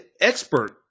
expert